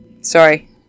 sorry